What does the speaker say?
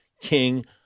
King